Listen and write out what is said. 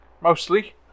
Mostly